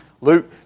Luke